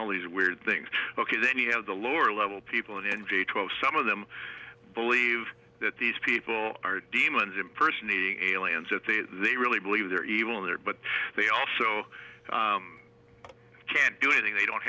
all these weird things ok then you have the lower level people and in vitro some of them believe that these people are demons impersonating a lens that they they really believe they're even there but they also can't do anything they don't